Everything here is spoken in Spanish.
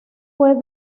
fue